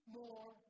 more